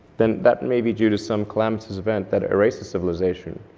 then that may be due to some calamitous event that erases civilization.